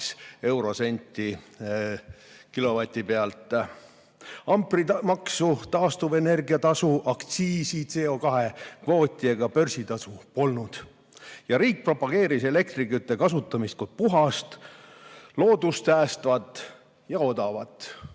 eurosenti kilovati pealt. Amprimaksu, taastuvenergia tasu, aktsiisi, CO2kvooti ega börsitasu polnud. Ja riik propageeris elektrikütte kasutamist kui puhast, loodust säästvat ja odavat.